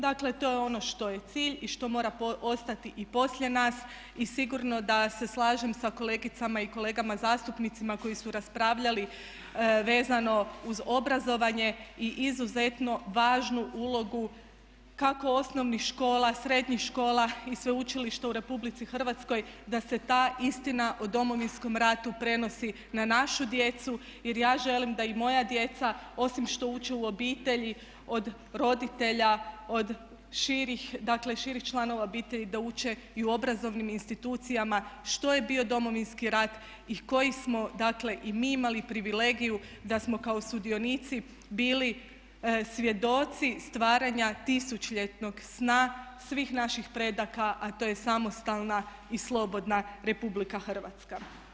Dakle to je ono što je cilj i što mora ostati i poslije nas i sigurno da se slažem sa kolegicama i kolegama zastupnicima koji su raspravljali vezano uz obrazovanje i izuzetno važnu ulogu kako osnovnih škola, srednjih škola i sveučilišta u Republici Hrvatskoj da se ta istina o Domovinskom ratu prenosi na našu djecu jer ja želim da i moja djeca osim što uče u obitelji od roditelja, od širih članova obitelji da uče i u obrazovnim institucijama što je bio Domovinski rat i koju smo dakle i mi imali privilegiju da smo kao sudionici bili svjedoci stvaranja tisućljetnog sna, svih naših predaka a to je samostalna i slobodna Republika Hrvatska.